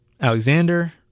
Alexander